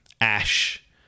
Ash